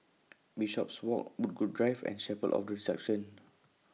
Bishopswalk Woodgrove Drive and Chapel of The Resurrection